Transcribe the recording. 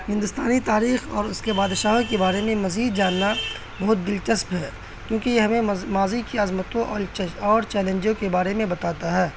ہندوستانی تاریخ اور اس کے بادشاہوں کے بارے میں مزید جاننا بہت دلچسپ ہے کیونکہ یہ ہمیں ماضی کی عظمتوں اور اور چیلنجوں کے بارے میں بتاتا ہے